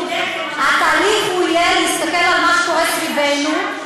התהליך יהיה להסתכל על מה שקורה סביבנו,